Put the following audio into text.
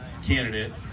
candidate